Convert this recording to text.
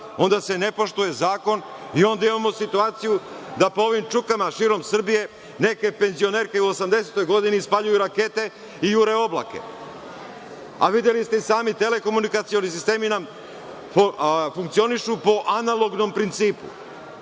onda se ne poštuje zakon i onda imamo situaciju da po ovim čukama širom Srbije neke penzionerke u 80. godini ispaljuju rakete i jure oblake. Videli ste i sami, telekomunikacioni sistemi nam funkcionišu po analognom principu.